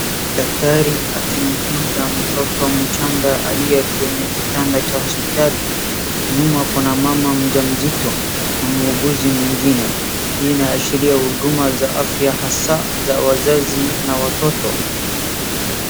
Daktari akimtuza mtoto mchanga aliyekwenye kitanda cha hospitali. Nyuma kuna mama mjamzito na muuguzi mwingine. Hii inaashiria huduma za afya hasa za wazazi na watoto.